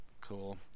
Cool